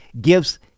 gives